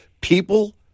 people